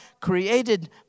created